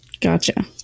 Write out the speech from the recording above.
Gotcha